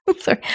Sorry